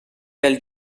pel